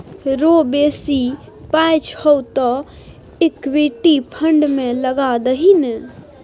रौ बेसी पाय छौ तँ इक्विटी फंड मे लगा दही ने